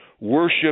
Worship